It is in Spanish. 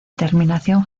terminación